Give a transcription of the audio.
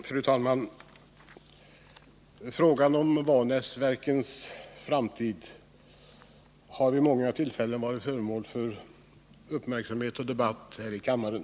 Fru talman! Frågan om Vanäsverkens framtid har vid många tillfällen varit Onsdagen den föremål för uppmärksamhet och debatt här i kammaren.